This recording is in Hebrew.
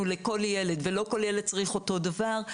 לכל ילד ולא כל ילד צריך אותו דבר.